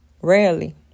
Rarely